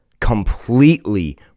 completely